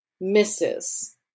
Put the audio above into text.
misses